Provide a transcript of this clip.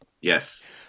Yes